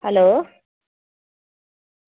hello